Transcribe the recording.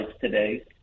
today